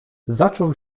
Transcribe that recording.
zaczął